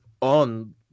on